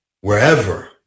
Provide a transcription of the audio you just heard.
wherever